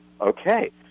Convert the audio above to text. Okay